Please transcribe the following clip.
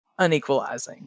unequalizing